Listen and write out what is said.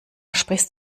sprichst